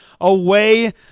away